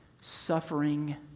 suffering